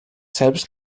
selbst